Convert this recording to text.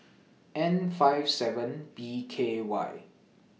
N five seven B K Y